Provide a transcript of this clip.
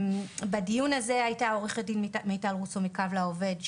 בדיון הזה השתתפה עורכת הדין מיטל רוסו מקו לעובד,